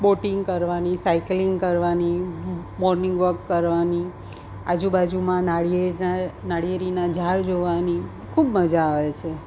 boating કરવાની cycling કરવાની morning walk કરવાની આજુબાજુમાં નાળિયેરના નાળિયેરીના ઝાડ જોવાની ખૂબ મજા આવે છે